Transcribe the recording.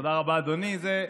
תודה רבה, אדוני.